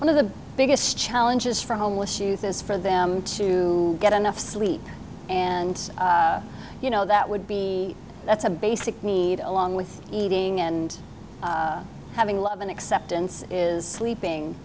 one of the biggest challenges for homeless youth is for them to get enough sleep and you know that would be that's a basic need along with eating and having love and acceptance is sleeping